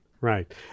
right